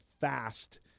fast